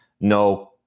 no